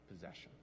possession